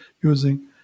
using